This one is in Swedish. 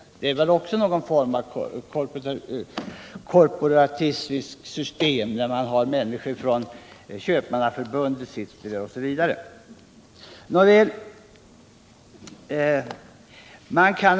Att ha representanter exempelvis från Köpmannaförbundet och liknande organisationer får väl också ses som en form av korporatistiskt system.